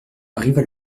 arriva